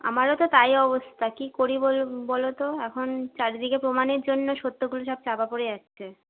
আমারও তো তাই অবস্থা কী করি বল বলো তো এখন চারিদিকে প্রমাণের জন্য সত্যগুলো সব চাপা পড়ে যাচ্ছে